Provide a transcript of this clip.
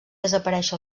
desaparèixer